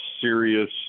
serious